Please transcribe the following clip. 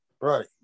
right